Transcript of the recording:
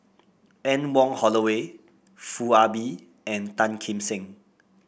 Anne Wong Holloway Foo Ah Bee and Tan Kim Seng